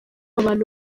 abantu